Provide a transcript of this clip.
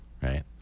right